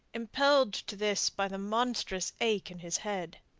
impelled to this by the monstrous ache in his head.